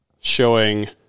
showing